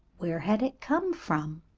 where had it come from?